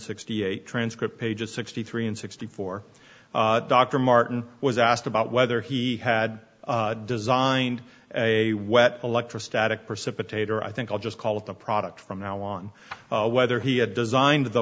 sixty eight transcript page sixty three and sixty four dr martin was asked about whether he had designed a wet electrostatic precipitator i think i'll just call it a product from now on whether he had designed the